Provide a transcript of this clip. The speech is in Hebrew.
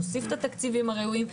נוסיף את התקציבים הראויים,